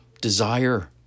desire